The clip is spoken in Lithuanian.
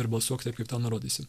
ir balsuok taip kaip tau nurodysim